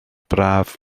braf